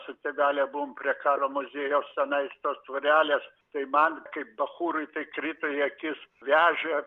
su tėveliu buvom prie karo muziejaus tenais tos tvorelės tai man kaip bachūrui tai krito į akis vežė